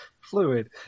fluid